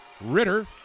Ritter